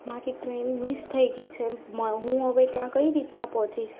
મારી train miss થઈ ગઈ છે માં હું હવે ત્યાં કઈ રીતના પહોંચીશ